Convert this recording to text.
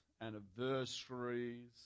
anniversaries